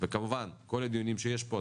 וכמובן כל הדיונים שיש פה,